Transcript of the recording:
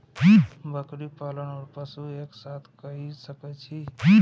बकरी पालन ओर पशु एक साथ कई सके छी?